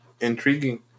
intriguing